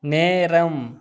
நேரம்